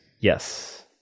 Yes